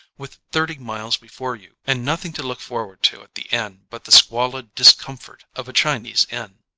with thirty miles before you and nothing to look forward to at the end but the squalid discom fort of a chinese inn.